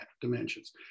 dimensions